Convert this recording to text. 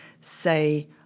say